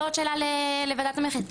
וזה אני חושבת שזה עוד שאלה לוועדת המחירים,